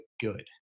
good